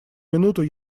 минуту